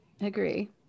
Agree